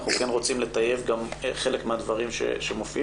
אנחנו רוצים לטייב גם חלק מן הדברים שמופיעים